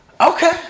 Okay